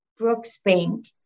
Brooksbank